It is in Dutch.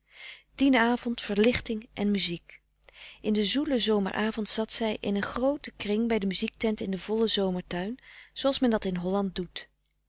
dien avond verlichting en muziek in den zoelen zomeravond zat zij in eenen grooten kring bij de muziektent in den vollen zomertuin zooals men dat in holland doet